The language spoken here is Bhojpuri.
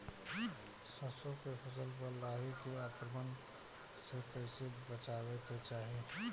सरसो के फसल पर लाही के आक्रमण से कईसे बचावे के चाही?